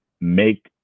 make